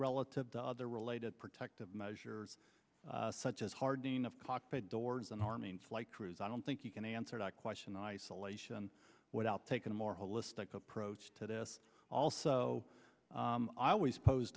relative to other related protective measures such as hard enough cockpit doors and arming flight crews i don't think you can answer that question isolation without taking a more holistic approach to this also i always pose